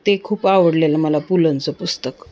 ते खूप आवडलेलं मला पु लंचं पुस्तक